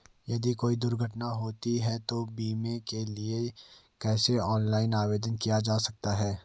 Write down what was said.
यदि कोई दुर्घटना होती है तो बीमे के लिए कैसे ऑनलाइन आवेदन किया जा सकता है?